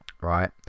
right